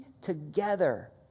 together